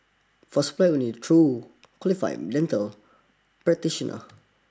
for supply only through qualified dental practitioner